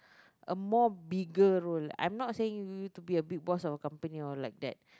a more bigger role I'm not saying you to be a big boss of company or like that